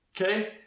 Okay